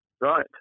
right